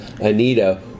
Anita